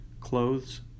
clothes